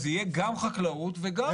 אז יהיה גם חקלאות וגם